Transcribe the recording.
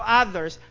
others